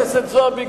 חברת הכנסת זועבי,